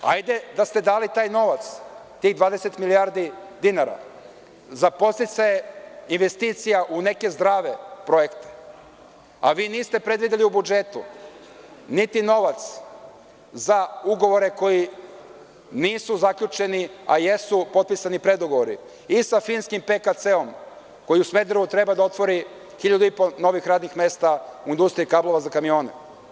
Hajde da ste dali taj novac, tih 20 milijardi dinara za podsticaje investicija u neke zdrave projekte, a vi niste predvideli u budžetu niti novac za ugovore koji nisu zaključeni, a jesu potpisani predugovori i sa finskim „PKC“, koji u Smederevu treba da otvori hiljadu i po novih radnih mesta u industriji kablova za kamione.